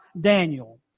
Daniel